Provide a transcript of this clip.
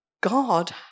God